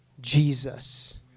Jesus